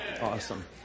Awesome